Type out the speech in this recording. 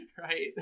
Right